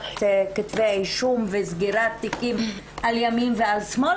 הגשת כתבי אישום וסגירת תיקים על ימין ועל שמאל,